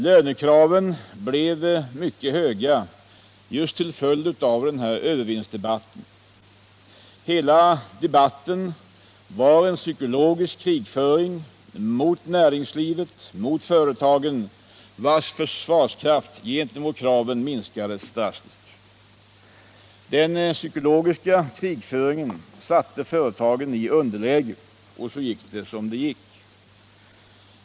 Lönekraven blev mycket höga just till följd av övervinstdebatten. Hela debatten var en psykologisk krigföring mot näringslivet och mot företagen, vilkas försvarskraft gentemot kraven minskades drastiskt. Den psykologiska krigföringen satte företagarna i underläge — och så gick det som det gick.